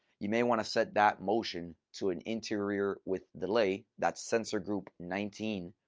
you may want to set that motion to an interior with delay that's sensor group nineteen.